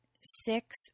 six